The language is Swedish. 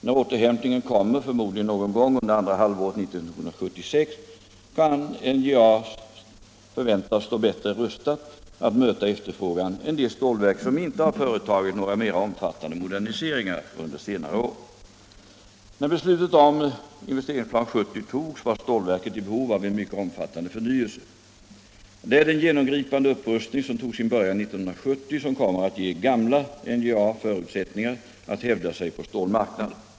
När återhämtningen kommer, förmodligen någon gång under andra halvåret 1976, kan NJA väntas stå bättre rustat att möta efterfrågan än de stålverk som inte har företagit några mera omfattande moderniseringar under senare år. När beslutet om IP 70 togs var stålverket i behov av en mycket omfattande förnyelse. Det är den genomgripande upprustning som tog sin början 1970 som kommer att ge ”gamla” NJA förutsättningar att hävda sig på stålmarknaden.